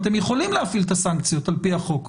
אתם יכולים להפעיל את הסנקציות על פי החוק,